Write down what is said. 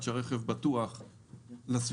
שהרכב בטוח לסביבה,